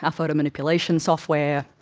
ah photo manipulation software,